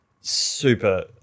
super